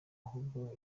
ahubwo